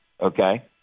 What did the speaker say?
Okay